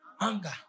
anger